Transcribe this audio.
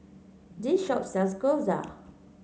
this shop sells Gyoza